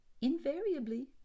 invariably